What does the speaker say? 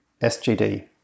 SGD